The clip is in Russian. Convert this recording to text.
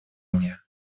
мне